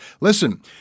Listen